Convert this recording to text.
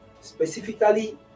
Specifically